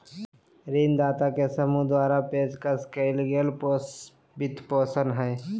ऋणदाता के समूह द्वारा पेशकश कइल गेल वित्तपोषण हइ